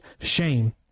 shame